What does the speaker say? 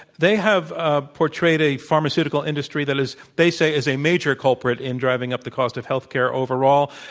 they have ah portrayed a pharmaceutical industry that is they say is a major culprit in driving up the cost of health care overall,